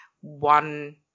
one